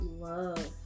love